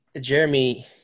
Jeremy